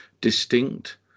distinct